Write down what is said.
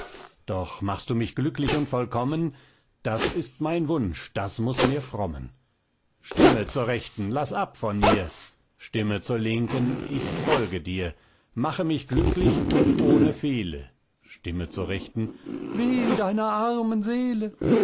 doch machst du mich glücklich und vollkommen das ist mein wunsch das muß mir frommen stimme zur rechten laß ab von mir stimme zur linken ich folge dir mache mich glücklich und ohne fehle stimme zur rechten weh deiner armen seele